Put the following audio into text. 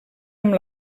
amb